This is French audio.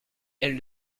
elles